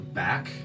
back